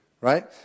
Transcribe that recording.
Right